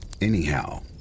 Anyhow